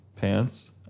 pants